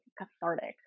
cathartic